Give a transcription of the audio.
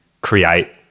create